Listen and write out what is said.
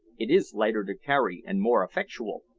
it is lighter to carry, and more effectual,